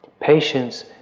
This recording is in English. Patience